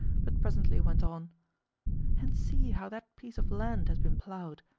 but presently went on and see how that piece of land has been ploughed!